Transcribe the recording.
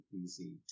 easy